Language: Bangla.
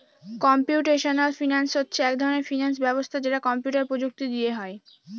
কম্পিউটেশনাল ফিনান্স হচ্ছে এক ধরনের ফিনান্স ব্যবস্থা যেটা কম্পিউটার প্রযুক্তি দিয়ে হয়